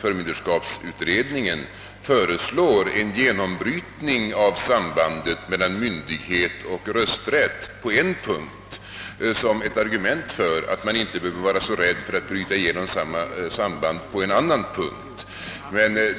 förmynderskapsutredningen föreslår en genombrytning av sambandet mellan myndighet och rösträtt använde jag på en punkt som ett argument för att man inte behöver vara så rädd för att bryta igenom samma samband på en annan punkt.